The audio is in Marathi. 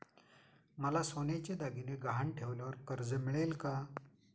मला सोन्याचे दागिने गहाण ठेवल्यावर कर्ज मिळेल का?